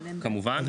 כמובן.